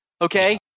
okay